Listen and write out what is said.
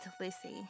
Lucy